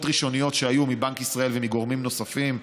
ראשוניות שהיו מבנק ישראל ומגורמים נוספים,